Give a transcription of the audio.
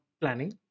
Planning